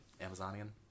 Amazonian